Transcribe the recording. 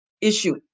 issue